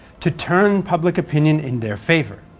to turn public opinion in their favour.